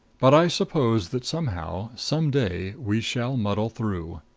but i suppose that somehow, some day, we shall muddle through.